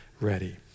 ready